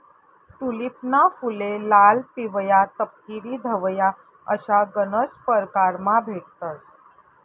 टूलिपना फुले लाल, पिवया, तपकिरी, धवया अशा गनज परकारमा भेटतंस